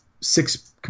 six